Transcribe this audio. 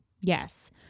Yes